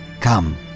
Come